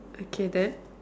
okay then